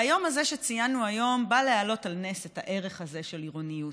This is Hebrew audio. והיום הזה שציינו היום בא להעלות על נס את הערך הזה של עירוניות,